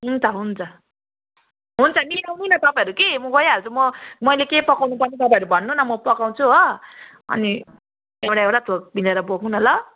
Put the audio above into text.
हुन्छ हुन्छ हुन्छ मिलाउनु न तपाईँहरू कि म गइहाल्छु म मैले के पकाउनु पर्ने तपाईँहरू भन्नु न म पकाउँछु हो अनि एउटा एउटा थोक मिलेर बोकौँ न ल